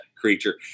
creature